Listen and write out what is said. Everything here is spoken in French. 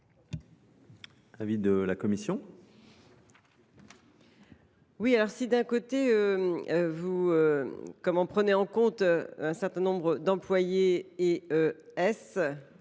l’avis de la commission ?